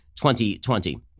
2020